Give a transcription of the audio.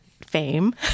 fame